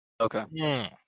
Okay